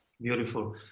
Beautiful